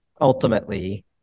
ultimately